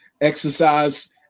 exercise